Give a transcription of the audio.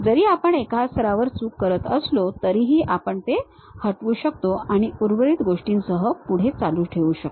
जरी आपण एका स्तरावर चूक करत असलो तरीही आपण ते हटवू शकतो आणि उर्वरित गोष्टींसह पुढे चालू ठेवू शकतो